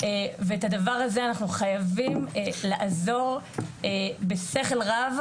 ואת הדבר הזה אנחנו חייבים לעזור בשכל רב,